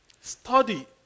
Study